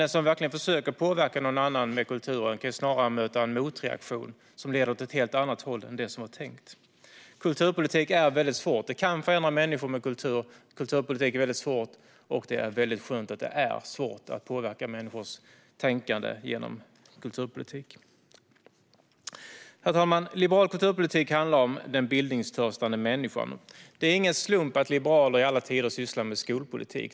Den som verkligen försöker påverka någon annan med kultur kan snarare möta en motreaktion som leder åt ett helt annat håll än det som var tänkt. Kulturpolitik som syftar till att förändra människor är väldigt svårt, och det är väldigt skönt att det är svårt att påverka människors tänkande genom kulturpolitik. Herr talman! Liberal kulturpolitik handlar om den bildningstörstande människan. Det är ingen slump att liberaler i alla tider har sysslat med skolpolitik.